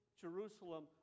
Jerusalem